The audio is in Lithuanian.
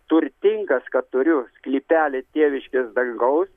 turtingas kad turiu sklypelį tėviškės dangaus